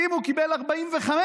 אם הוא קיבל 45,